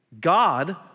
God